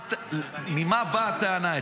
ממה באה הטענה.